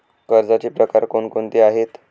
कर्जाचे प्रकार कोणकोणते आहेत?